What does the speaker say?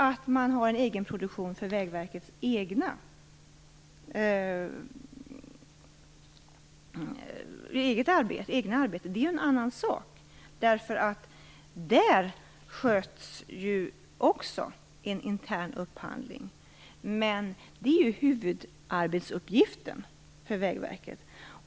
Att man har en egen produktion för Vägverkets eget arbete är en annan sak. Där sköts också en intern upphandling, men det är huvudarbetsuppgiften för Vägverket.